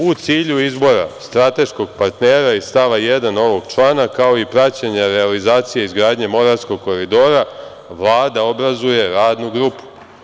U cilju izbora strateškog partnera iz stava 1. ovog člana, kao i praćenje realizacije izgradnje Moravskog koridora Vlada obrazuje Radnu grupu.